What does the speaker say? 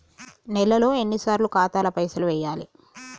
నెలలో ఎన్నిసార్లు ఖాతాల పైసలు వెయ్యాలి?